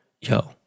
yo